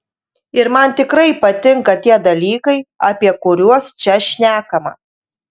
ir man tikrai patinka tie dalykai apie kuriuos čia šnekama